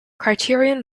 criterion